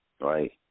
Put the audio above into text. Right